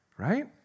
right